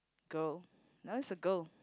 girl Niel is a girl